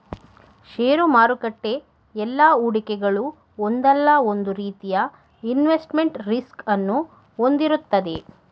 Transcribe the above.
ಷೇರು ಮಾರುಕಟ್ಟೆ ಎಲ್ಲಾ ಹೂಡಿಕೆಗಳು ಒಂದಲ್ಲ ಒಂದು ರೀತಿಯ ಇನ್ವೆಸ್ಟ್ಮೆಂಟ್ ರಿಸ್ಕ್ ಅನ್ನು ಹೊಂದಿರುತ್ತದೆ